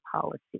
policy